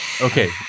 Okay